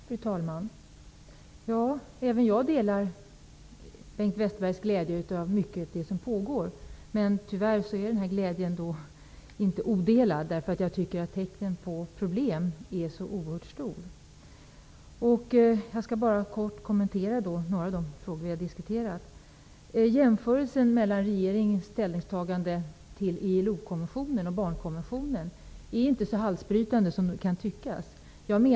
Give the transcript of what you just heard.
Fru talman! Även jag delar Bengt Westerbergs glädje över mycket av det som pågår. Tyvärr är glädjen inte odelad. Jag tycker att tecknen på problem är oerhört många. Jag skall bara kort kommentera några av de frågor som vi har diskuterat. Jämförelsen mellan regeringens ställningstagande till ILO konventionen respektive barnkonventionen är inte så halsbrytande som kan tyckas.